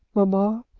mamma,